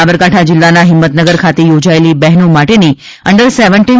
સાબરકાંઠા જિલ્લાના હિંમતનગર ખાતે યોજાયેલી બહેનો માટેની અંડર સેવનટીન